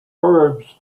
herbs